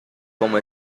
como